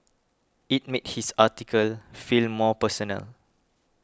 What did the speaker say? it made his article feel more personal